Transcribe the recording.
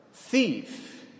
Thief